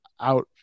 out